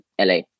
la